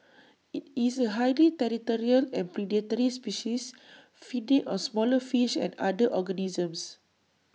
IT is A highly territorial and predatory species feeding on smaller fish and other organisms